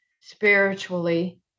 Spiritually